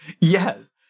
Yes